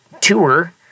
tour